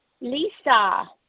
Lisa